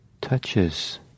touches